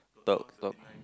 talk talk